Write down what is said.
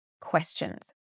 questions